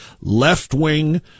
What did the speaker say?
left-wing